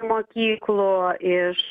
mokyklų iš